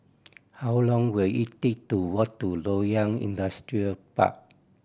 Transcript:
how long will it take to walk to Loyang Industrial Park